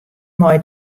mei